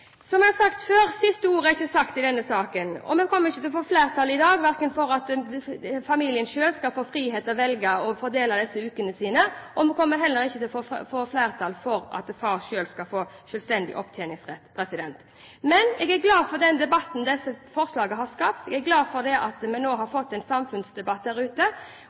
Som jeg har sagt før: Siste ord er ikke sagt i denne saken. Vi kommer ikke til å få flertall i dag, verken for at familien selv skal få frihet til å velge hvordan de vil fordele disse ukene eller for at far skal få selvstendig opptjeningsrett. Men jeg er glad for den debatten disse forslagene har skapt. Jeg er glad for at vi nå har fått en samfunnsdebatt der ute,